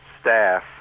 staff